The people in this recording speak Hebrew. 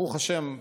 ברוך השם,